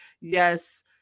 yes